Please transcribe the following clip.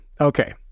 Okay